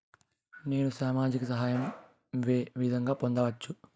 నేను సామాజిక సహాయం వే విధంగా పొందొచ్చు?